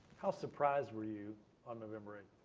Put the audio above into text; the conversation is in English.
how surprised were you on november eight?